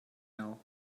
now